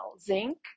zinc